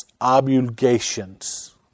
obligations